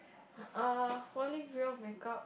err holy grail make up